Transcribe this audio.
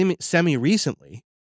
semi-recently